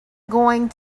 going